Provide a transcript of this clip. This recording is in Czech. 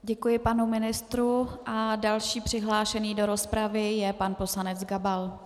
Děkuji panu ministrovi a další přihlášený do rozpravy je pan poslanec Gabal.